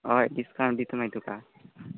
हय डिसकावण दितां मागीर तुका